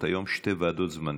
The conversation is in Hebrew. שתי ועדות זמניות,